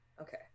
Okay